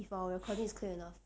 if our recording is clear enough ah